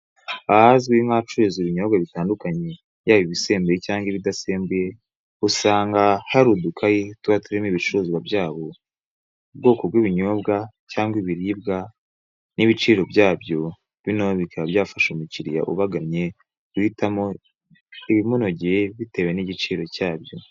Ahazwi nk'ahacururizwa ibinyobwa bitandukanye, yaba ibisembuye n'ibidasembuye, usanga hari udukayi tuba turimo ibicuruzwa byabo, ubwoko bw'ibinyobwa cyangwa ibiribwa n'ibiciro byabyo, noneho bikaba byafasha umukiriya ubagannye guhitamo ibimunogeye bitewe n'igiciro cyabyo.